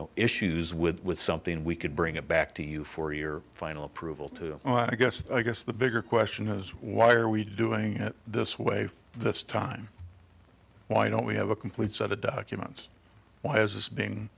know issues with with something we could bring it back to you for your final approval to i guess i guess the bigger question is why are we doing it this way this time why don't we have a complete set of documents why is